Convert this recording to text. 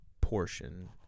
Portion